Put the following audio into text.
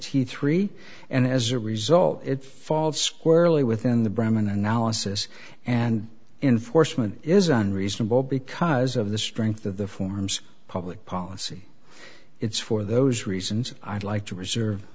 t three and as a result it falls squarely within the bremen analysis and enforcement is unreasonable because of the strength of the forms public policy it's for those reasons i'd like to reserve